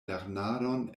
lernadon